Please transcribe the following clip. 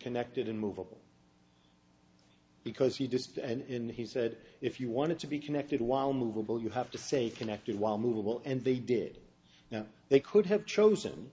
connected unmovable because he just and he said if you wanted to be connected while movable you have to say connected while movable and they did now they could have chosen